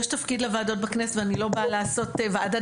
יש תפקיד לוועדות בכנסת ואני לא באה לעשות ועדת